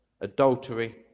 adultery